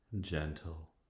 gentle